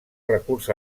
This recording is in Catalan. recurs